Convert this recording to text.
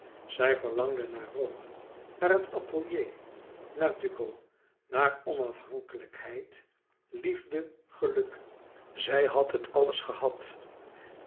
zij verlangde naar rome naar het atelier naar duco naar onafhankelijkheid liefde geluk zij had het alles gehad